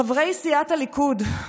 חברי סיעת הליכוד,